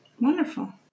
wonderful